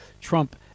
Trump